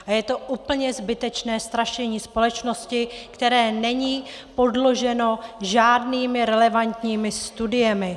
A je to úplně zbytečné strašení společnosti, které není podloženo žádnými relevantními studiemi.